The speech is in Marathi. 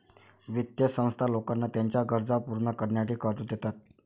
वित्तीय संस्था लोकांना त्यांच्या गरजा पूर्ण करण्यासाठी कर्ज देतात